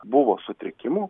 buvo sutrikimų